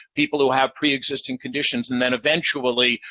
people who have preexisting conditions, and then eventually,